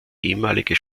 ehemalige